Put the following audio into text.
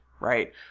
right